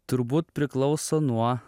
turbūt priklauso nuo